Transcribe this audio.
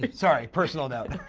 but sorry, personal note.